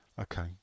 Okay